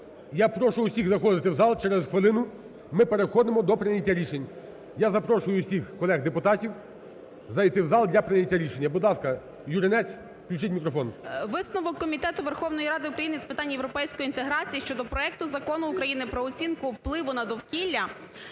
Я прошу всіх заходити в зал, через хвилину ми переходимо до прийняття рішень. Я запрошую всіх колег депутатів зайти в зал для прийняття рішення. Будь ласка, Юринець включіть мікрофон. 11:35:17 ЮРИНЕЦЬ О.В. Висновок Комітету Верховної Ради України з питань європейської інтеграції щодо проекту Закону України "Про оцінку впливу на довкілля",